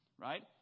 right